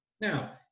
Now